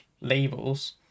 labels